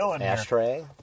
Ashtray